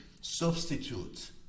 substitute